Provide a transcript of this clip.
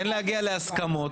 כן להגיע להסכמות,